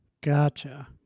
Gotcha